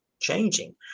changing